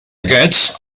aquests